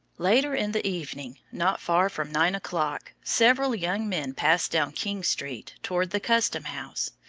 later in the evening, not far from nine o'clock, several young men passed down king street, toward the custom-house.